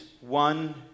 one